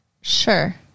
Sure